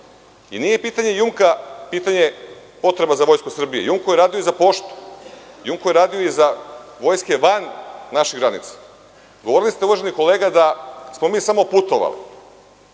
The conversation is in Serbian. Nije pitanje „Jumka“ pitanje potreba za vojsku Srbije, „Jumko“ je radio i za poštu, „Jumko“ je radio i za vojske van naših granica. Govorili ste uvaženi kolega da smo mi samo putovali.